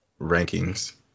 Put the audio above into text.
rankings